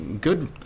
good